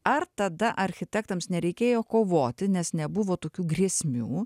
ar tada architektams nereikėjo kovoti nes nebuvo tokių grėsmių